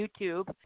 YouTube